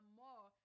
more